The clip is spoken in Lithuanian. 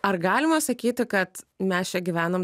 ar galima sakyti kad mes čia gyvenam